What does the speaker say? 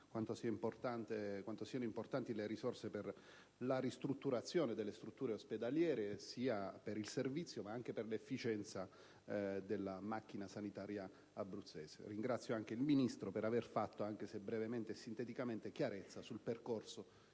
quanto siano importanti le risorse per la ristrutturazione delle strutture ospedaliere, sia per il servizio sia per l'efficienza della macchina sanitaria abruzzese. Ringrazio inoltre il Ministro per aver fatto, anche se sinteticamente, chiarezza sul percorso